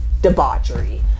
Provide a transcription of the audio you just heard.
debauchery